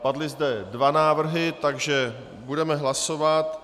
Padly zde dva návrhy, takže budeme hlasovat.